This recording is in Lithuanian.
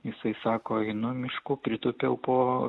jisai sako einu mišku pritūpiau po